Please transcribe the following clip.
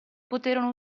poterono